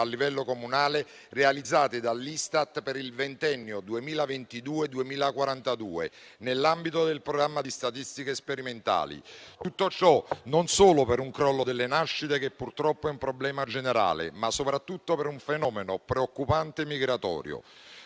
livello comunale realizzate dall'Istat per il ventennio 2022-2042 nell'ambito del programma di statistiche sperimentali. E tutto ciò avviene non solo per un crollo delle nascite, che purtroppo è un problema generale, ma soprattutto per un preoccupante fenomeno migratorio.